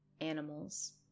animals